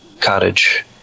cottage